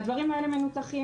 והדברים האלה מנותחים,